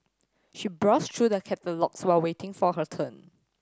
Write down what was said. she browsed through the catalogues while waiting for her turn